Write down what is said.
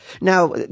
Now